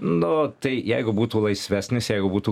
nu tai jeigu būtų laisvesnis jeigu būtų